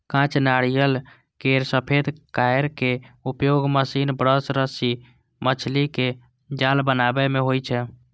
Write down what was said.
कांच नारियल केर सफेद कॉयर के उपयोग महीन ब्रश, रस्सी, मछलीक जाल बनाबै मे होइ छै